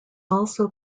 also